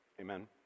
amen